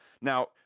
Now